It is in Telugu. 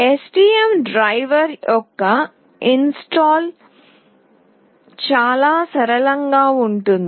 STM డ్రైవర్ యొక్క ఇన్స్టాల్ చాలా సరళంగా ఉంటుంది